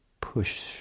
push